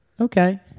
Okay